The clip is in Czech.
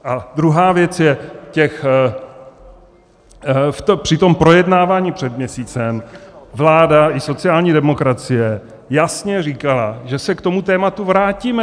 A druhá věc je, při tom projednávání před měsícem vláda i sociální demokracie jasně říkaly, že se k tomu tématu vrátíme.